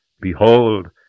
behold